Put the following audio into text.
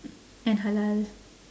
and halal